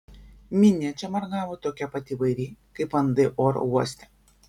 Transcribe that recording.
minia čia margavo tokia pat įvairi kaip andai oro uoste